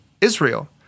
Israel